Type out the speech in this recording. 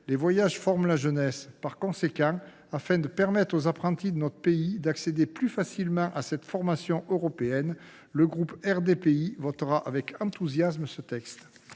les voyages forment la jeunesse. Par conséquent, afin de permettre aux apprentis de notre pays d’accéder plus facilement à une formation européenne, le groupe RDPI votera avec enthousiasme ce texte